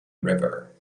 river